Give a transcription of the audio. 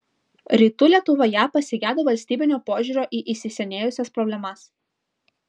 rytų lietuvoje pasigedo valstybinio požiūrio į įsisenėjusias problemas